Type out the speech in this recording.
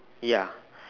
ya